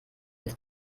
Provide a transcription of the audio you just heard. mit